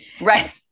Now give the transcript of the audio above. right